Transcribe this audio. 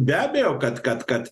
be abejo kad kad kad